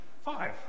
five